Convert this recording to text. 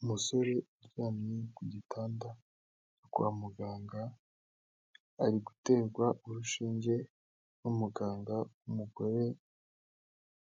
Umusore uryamye ku gitanda kwa muganga ari guterwa urushinge n'umuganga w'umugore,